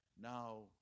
Now